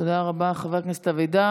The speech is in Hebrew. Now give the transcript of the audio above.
תודה רבה, חבר הכנסת אבידר.